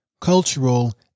cultural